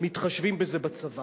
מתחשבים בזה בצבא.